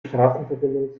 straßenverbindung